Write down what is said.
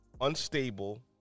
unstable